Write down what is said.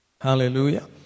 Hallelujah